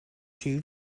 two